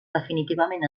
definitivament